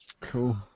Cool